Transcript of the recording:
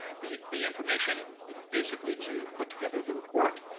and the the information basically to put together the report,